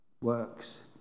works